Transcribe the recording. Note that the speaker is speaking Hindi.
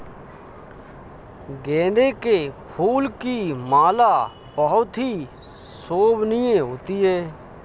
गेंदे के फूल की माला बहुत ही शोभनीय होती है